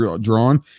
drawn